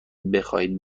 بخواهید